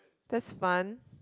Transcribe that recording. that's fun